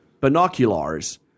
Binoculars